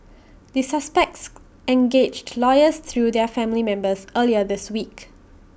the suspects engaged lawyers through their family members earlier this week